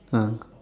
ah